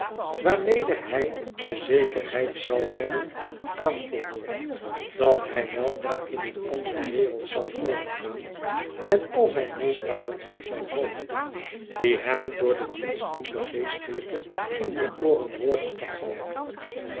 waarmede hij dezekerheid zal hebben aangehoord dat hij weldra in een andere wereld zal overgaan met al zijn misdaden op zijn hoofd die hem door den dienstdoenden geestelijke in de ooren worden gegalmd